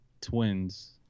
Twins